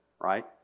right